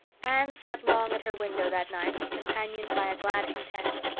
anne sat long at her window that night companioned by a glad content.